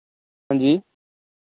हांजी